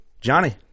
Johnny